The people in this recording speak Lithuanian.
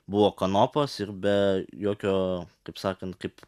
buvo kanopos ir be jokio kaip sakant kaip